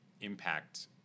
impact